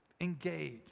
engage